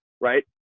right